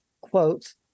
quote